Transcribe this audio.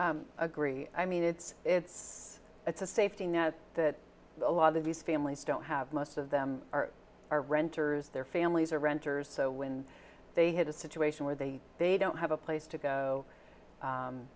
can agree i mean it's it's it's a safety net that a lot of these families don't have most of them are renters their families are renters so when they had a situation where they they don't have a place to go